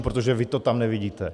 Protože vy to tam nevidíte.